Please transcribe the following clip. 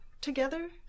together